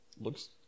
looks